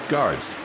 Guards